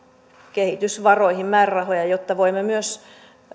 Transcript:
kehitysvaroihin määrärahoja jotta voimme myös